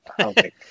Okay